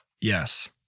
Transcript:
Yes